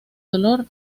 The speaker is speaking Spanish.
dolor